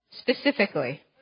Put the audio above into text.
Specifically